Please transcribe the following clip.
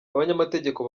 abanyamategeko